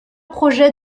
projets